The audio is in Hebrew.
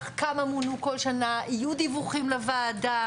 כמה מונו כל שנה ויהיו דיווחים לוועדה